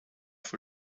for